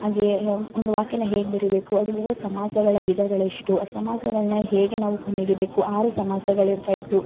ಹಾಗೆಯೇ ಒಂದು ವಾಕ್ಯನ ಹೇಗೆ ಬರಿಬೇಕು ಅದರಲ್ಲಿರೋ ಸಮಾಸಗಳ ವಿಧಗಳೆಷ್ಟು ಆ ಸಮಾಸಗಳನ್ನ ಹೇಗೆ ನಾವು ಕಂಡು ಹಿಡಿಬೇಕು ಆರು ಸಮಾಸಗಳು ಇರ್ತಾಯಿತ್ತು